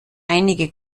einige